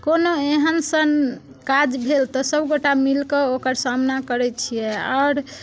कोनो एहन सन काज भेल तऽ सभ गोटाए मिल कऽ ओकर सामना करैत छियै आओर